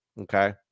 Okay